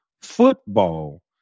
football